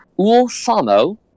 Ul-Samo